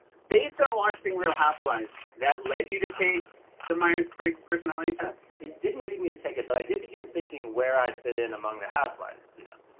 based on watching real housewives, that led you to take the myers-briggs personality test? it didn't lead me to take it, but i did begin thinking where i'd fit in among the housewives, you know.